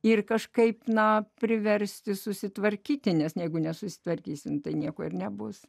ir kažkaip na priversti susitvarkyti nes jeigu nesusitvarkysime tai nieko ir nebus